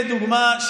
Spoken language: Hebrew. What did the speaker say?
הינה דוגמה.